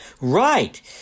Right